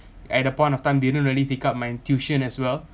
at the point of time didn't really take up my tuition as well